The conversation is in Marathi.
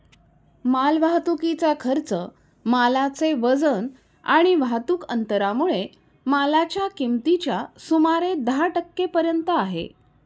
माल वाहतुकीचा खर्च मालाचे वजन आणि वाहतुक अंतरामुळे मालाच्या किमतीच्या सुमारे दहा टक्के पर्यंत आहे